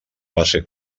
base